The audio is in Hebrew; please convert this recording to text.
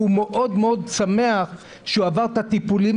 והוא מאוד מאוד שמח שהוא עבר את הטיפולים